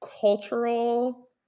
cultural